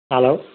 hello